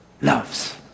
loves